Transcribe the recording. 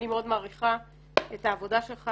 אני מאוד מעריכה את עבודת האלוף בריק.